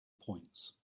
points